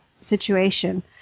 situation